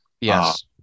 Yes